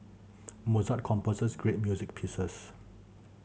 Mozart composed great music pieces